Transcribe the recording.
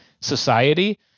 society